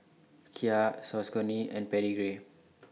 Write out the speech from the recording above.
Kia Saucony and Pedigree